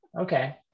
Okay